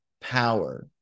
power